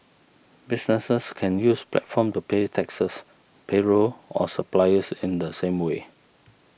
businesses can use platform to pay taxes payroll or suppliers in the same way